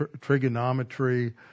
trigonometry